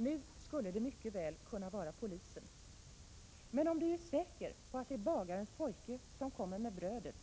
Nu skulle det mycket väl kunna vara polisen, men om du är säker på att det är bagarens pojke som kommer med brödet